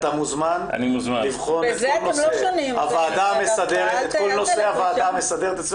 אתה מוזמן לבחון את כל נושא הוועדה המסדרת אצלנו.